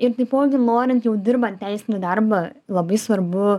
ir taipogi norint jau dirbant teisinį darbą labai svarbu